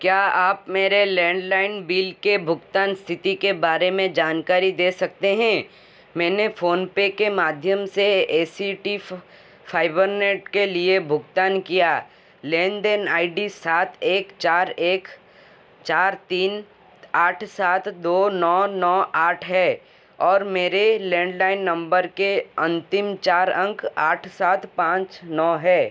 क्या आप मेरे लैण्डलाइन बिल की भुगतान इस्थिति के बारे में जानकारी दे सकते हैं मैंने फ़ोनपे के माध्यम से A C T fibre net के लिए भुगतान किया लेनदेन आई डी सात एक चार एक चार तीन आठ सात दो नौ नौ आठ है और मेरे लैण्डलाइन नम्बर के अन्तिम चार अंक आठ सात पाँच नौ है